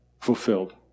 fulfilled